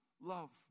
love